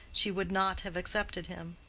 she would not have accepted him.